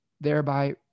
thereby